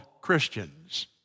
Christians